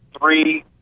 three